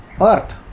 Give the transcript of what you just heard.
Earth